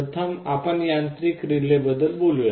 प्रथम आपण यांत्रिक रिलेबद्दल बोलूया